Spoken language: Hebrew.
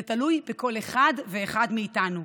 זה תלוי בכל אחד ואחד מאיתנו,